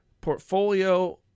portfolio